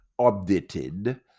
updated